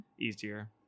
easier